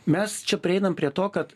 mes čia prieinam prie to kad